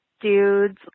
dudes